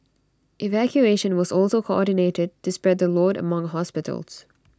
evacuation was also coordinated to spread the load among hospitals